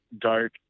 dark